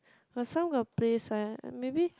got some got play sign maybe